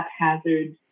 haphazard